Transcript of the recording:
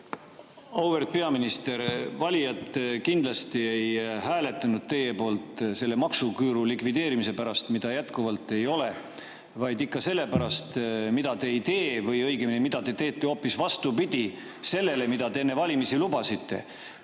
Auväärt peaminister! Valijad kindlasti ei hääletanud teie poolt selle maksuküüru likvideerimise pärast, mida jätkuvalt ei ole, vaid ikka sellepärast, mida te ei tee, või õigemini, mida te teete hoopis vastupidi sellele, mida te enne valimisi lubasite.